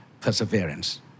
perseverance